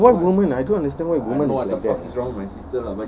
ya what woman I don't understand why women is like that